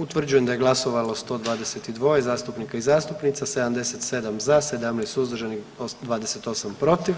Utvrđujem da je glasovalo 122 zastupnika i zastupnica, 77 za, 17 suzdržanih, 28 protiv,